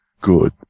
good